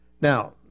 Now